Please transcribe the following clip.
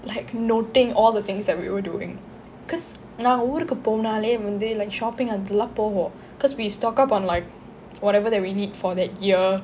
like noting all the things that we were doing cause நான் ஊருக்கு போனால் வந்து:naan oorukku ponaale vanthu like shopping அது இதெல்லாம் போவோம்:athu ithellam povom cause we stock up on like whatever that we need for that year